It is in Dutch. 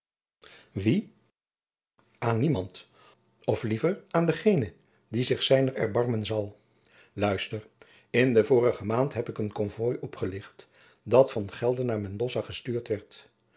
wien aan niemand of liever aan dengenen die zich zijner erbarmen zal luister in de vorige maand heb ik een konvooi opgelicht dat van gelder naar mendoza gestuurd